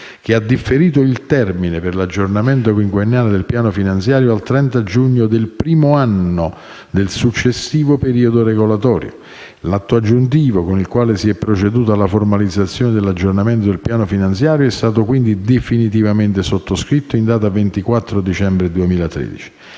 che ha differito il termine per l'aggiornamento quinquennale del piano finanziario al 30 giugno del primo anno del successivo periodo regolatorio. L'atto aggiuntivo con il quale si è proceduto alla formalizzazione dell'aggiornamento del piano finanziario è stato quindi definitivamente sottoscritto in data 24 dicembre 2013.